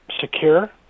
secure